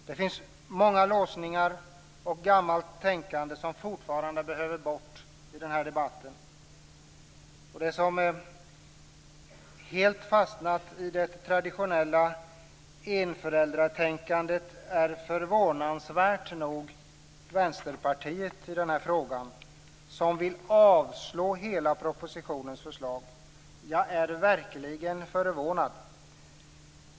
Det finns fortfarande mycket låsningar och gammalt tänkande i debatten som behöver tas bort. Den som helt har fastnat i det traditionella enföräldratänkandet i den här frågan är förvånansvärt nog Vänsterpartiet, som vill avslå hela propositionens förslag. Jag är verkligen förvånad.